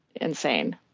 insane